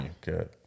Good